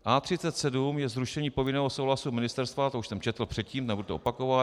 A37 je zrušení povinného souhlasu ministerstva, to už jsem četl předtím, nebudu to opakovat.